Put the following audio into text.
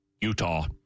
utah